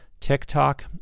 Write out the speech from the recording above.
TikTok